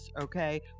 okay